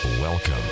Welcome